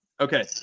Okay